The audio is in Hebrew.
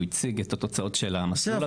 הוא הציג את התוצאות של המסלול.